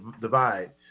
divide